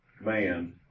man